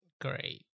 great